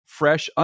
fresh